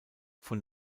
von